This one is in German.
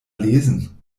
lesen